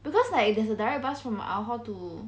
because like there's a direct bus from our hall to